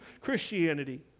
Christianity